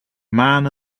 man